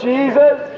Jesus